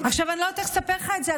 אני לא יודעת איך לספר לך את זה,